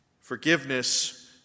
Forgiveness